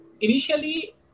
Initially